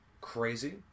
crazy